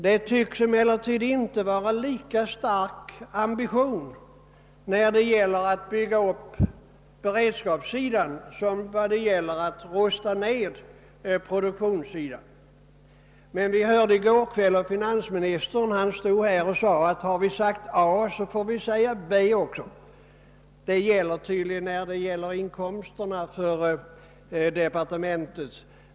Det tycks emellertid inte finnas en lika stark ambition för att bygga upp beredskapssidan som i fråga om att rusta ned produktionssidan. Vi hörde i går kväll att finansministern stod här och sade, att om vi har sagt A så får vi säga B också. Det gäller tydligen i fråga om inkomsterna för departementet.